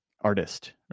artist